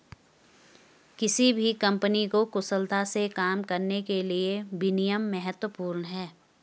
किसी भी कंपनी को कुशलता से काम करने के लिए विनियम महत्वपूर्ण हैं